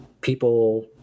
people